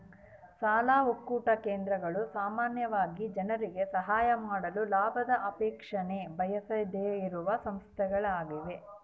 ಸಾಲ ಒಕ್ಕೂಟ ಕೇಂದ್ರಗಳು ಸಾಮಾನ್ಯವಾಗಿ ಜನರಿಗೆ ಸಹಾಯ ಮಾಡಲು ಲಾಭದ ಅಪೇಕ್ಷೆನ ಬಯಸದೆಯಿರುವ ಸಂಸ್ಥೆಗಳ್ಯಾಗವ